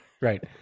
Right